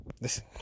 Listen